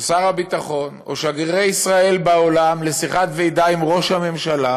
או שר הביטחון או שגרירי ישראל בעולם לשיחת ועידה עם ראש הממשלה